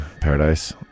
Paradise